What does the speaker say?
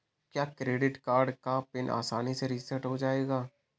क्या debit card का PIN आसानी से रीसेट हो जाएगा?